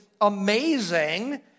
amazing